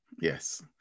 Yes